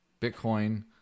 bitcoin